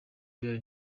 daily